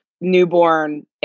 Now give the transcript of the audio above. newborn